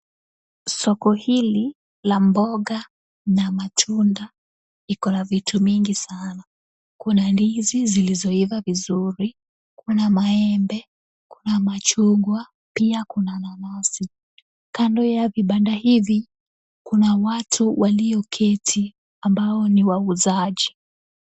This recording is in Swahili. Soko hili la mboga na matunda. Iko na vitu mingi sana. Kuna ndizi zilizoiva vizuri, kuna maembe, kuna machungwa, pia kuna nanasi. Kando ya vibanda hivi, kuna watu walioketi, ambao ni wauzaji.